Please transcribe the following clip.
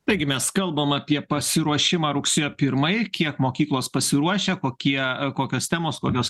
taigi mes kalbam apie pasiruošimą rugsėjo pirmajai kiek mokyklos pasiruošę kokie kokios temos kokios